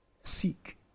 Seek